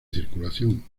circulación